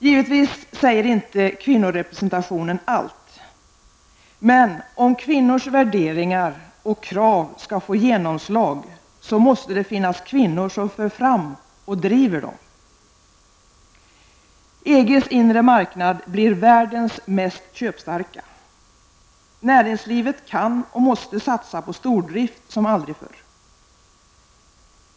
Givetvis säger inte kvinnorepresentationen allt. Men om kvinnors värderingar och krav skall få genomslag, måste det finnas kvinnor som för fram och driver dessa. EGs inre marknad blir världens mest köpstarka. Näringslivet kan och måste satsa på stordrift som aldrig förr.